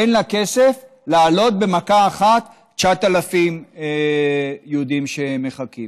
אין לה כסף להעלות במכה אחת 9,000 יהודים שמחכים.